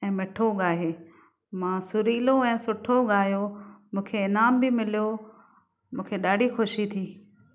ऐं मिठो ॻाए मां सुरीलो ऐं सुठो ॻायो मूंखे इनाम बि मिलियो मूंखे ॾाढी ख़ुशी थी